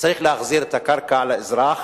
צריך להחזיר את הקרקע לאזרח.